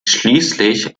schließlich